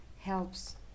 helps